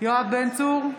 יואב בן צור,